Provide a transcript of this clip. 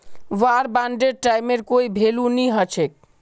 वार बांडेर टाइमेर कोई भेलू नी हछेक